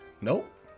Nope